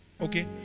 Okay